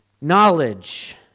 knowledge